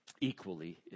equally